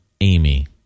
Amy